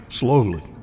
Slowly